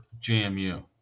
JMU